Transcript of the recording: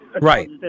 Right